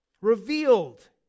Revealed